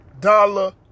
dollar